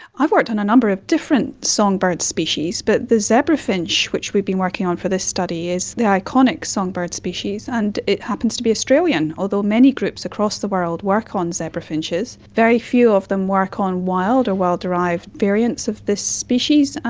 i've worked on a number of different songbird species, but the zebra finch which we've been working on for this study is the iconic songbird species and it happens to be australian. although many groups across the world work on zebra finches, very few of them work on the wild or wild-derived variants of this species.